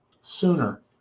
sooner